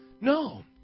No